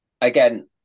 Again